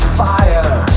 fire